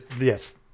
Yes